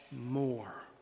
more